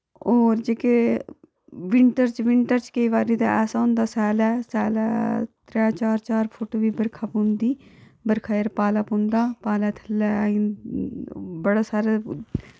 और जेह्के विंटर्स च विंटर च केई बारी ते ऐसा होंदा स्यालै स्यालै त्रै चार चार फुट बी बरखा पौंदी बरखा च पाला पौंदा पाले थल्लै आईं बड़े सारे